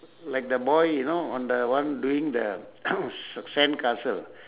like the boy you know on the one doing the s~ sandcastle